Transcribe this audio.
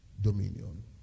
dominion